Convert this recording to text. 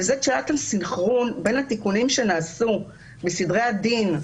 וזה כשהיה כאן סנכרון בין התיקונים שנעשו בסדרי הדין,